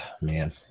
man